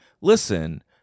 listen